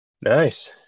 Nice